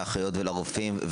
לאחיות ולרופאים,